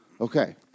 Okay